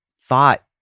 thought